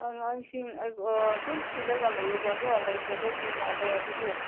ꯑꯉꯥꯡꯁꯤꯡ ꯑꯗꯨꯝ ꯊꯤꯔꯒ ꯂꯩꯌꯦꯕ ꯀꯣ ꯂꯩꯇꯕꯤ ꯃꯥꯜꯂꯦ ꯑꯗꯨꯗꯤ